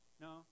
no